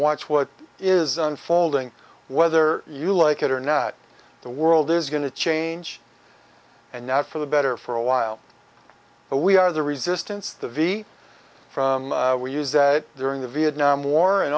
watch what is unfolding whether you like it or not the world is going to change and not for the better for a while but we are the resistance the v from we use that during the vietnam war and